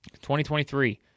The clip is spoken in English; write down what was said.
2023